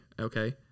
okay